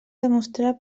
demostrar